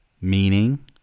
Meaning